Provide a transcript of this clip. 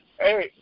hey